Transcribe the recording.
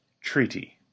treaty